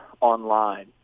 online